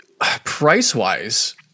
price-wise